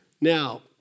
Now